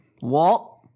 Walt